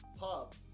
pub